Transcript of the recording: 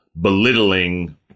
belittling